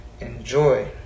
Enjoy